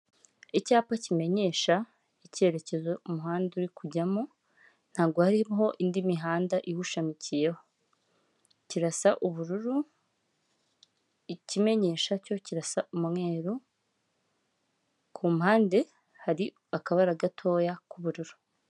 Icyapa kimenyesha icyerekezo umuhanda uri kujyamo ntabwo hariho indi mihanda iwushamikiyeho, kirasa ubururu ikimenyesha cyo kirasa umweru, ku mpande hari akabara gatoya k'ubururu.